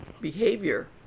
behavior